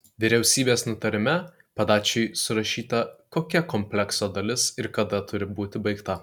vyriausybės nutarime padačiui surašyta kokia komplekso dalis ir kada turi būti baigta